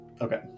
Okay